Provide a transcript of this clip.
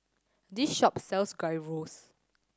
this shop sells Gyros